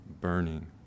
burning